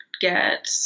get